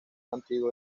antiguo